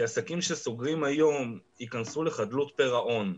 עסקים שסוגרים היום ייכנסו לחדלות פירעון,